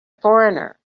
foreigner